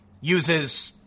uses